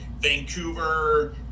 Vancouver